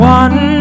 one